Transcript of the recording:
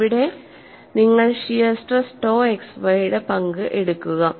ഇവിടെ നിങ്ങൾ shear stress tau XY പങ്ക് എടുക്കുക